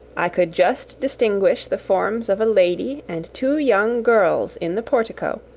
i could just distinguish the forms of a lady and two young girls in the portico,